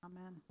Amen